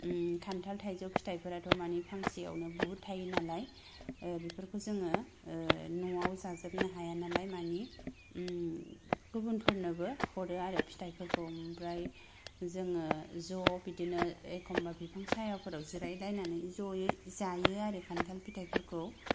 ओम खान्थाल थाइजौ फिथायफोराथ' माने फांसेयावनो बुहुद थायो नालाय ओ बेफोरखौ जोङो ओ न'आव जाजोबनो हाया नालाय माने ओम गुबुनफोरनोबो हरो आरो फिथाइफोरखौ ओमफ्राय जोङो ज' बिदिनो एखम्बा बिफां सायाफोराव जिरायलायनानै ज'यै जायो आरो खान्थाल फिथायफोरखौ